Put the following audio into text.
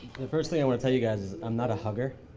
the first thing i want to tell you guys, i'm not a hugger.